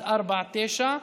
149)